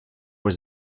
was